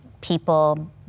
people